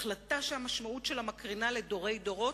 החלטה שהמשמעות שלה מקרינה לדורי דורות,